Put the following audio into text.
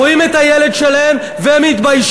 רואים את הילד שלהם ומתביישים.